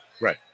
Right